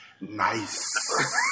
Nice